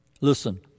listen